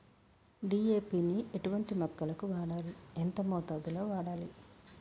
DAP ని ఎటువంటి మొక్కలకు వాడాలి? ఎంత మోతాదులో వాడాలి?